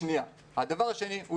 הדבר השני,